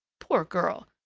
poor girl!